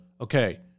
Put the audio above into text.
Okay